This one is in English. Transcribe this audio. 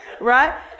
Right